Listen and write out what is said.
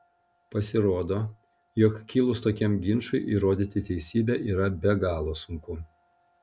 pasirodo jog kilus tokiam ginčui įrodyti teisybę yra be galo sunku